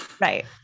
Right